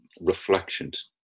reflections